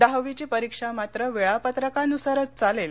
दहावीची परिक्षा मात्र वेळापत्रकानुसारच चालेल